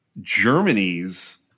Germany's